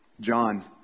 John